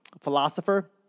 Philosopher